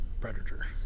predator